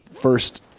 first